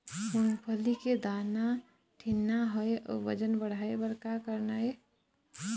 मूंगफली के दाना ठीन्ना होय अउ वजन बढ़ाय बर का करना ये?